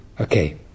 Okay